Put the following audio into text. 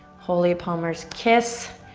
holy palmer's kiss.